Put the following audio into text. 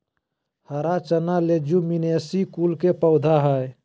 हरा चना लेज्युमिनेसी कुल के पौधा हई